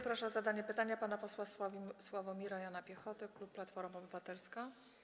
Proszę o zadanie pytania pana posła Sławomira Jana Piechotę, klub Platforma Obywatelska.